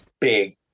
big